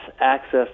access